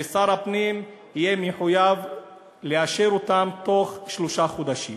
ושר הפנים יהיה מחויב לאשר אותן תוך שלושה חודשים.